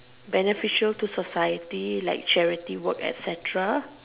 beneficial to society like charity work etcetera